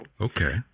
Okay